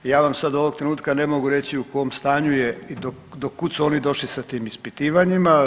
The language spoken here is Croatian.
Ja vam sad ovoga trenutka ne mogu reći u kom stanju je i do kud su oni došli sa tim ispitivanjima.